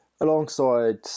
alongside